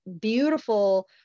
beautiful